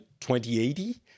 2080